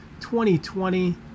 2020